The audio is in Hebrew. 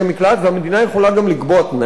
והמדינה יכולה גם לקבוע תנאים,